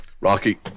Rocky